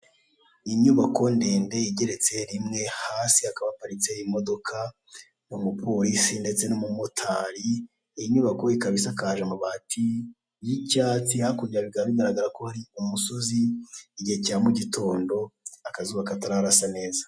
Inyubako ndende igeretse rimwe hasi hakaba haparitse imodoka, umupolisi ndetse n'umumotari inyubako ikaba isakaje amabati y'icyatsi hakurya bikaba bigaragaza, igihe cya mugitondo akazuba katararasa neza.